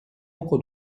poco